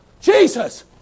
Jesus